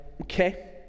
okay